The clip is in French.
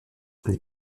les